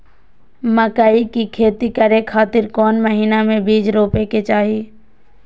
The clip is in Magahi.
मकई के खेती करें खातिर कौन महीना में बीज रोपे के चाही?